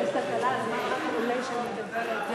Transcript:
אני מסתכל על השעון למעלה כי אין לי שעון כאן.